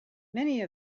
many